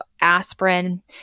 aspirin